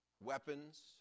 weapons